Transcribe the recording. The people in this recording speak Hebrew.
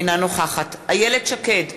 אינה נוכחת איילת שקד,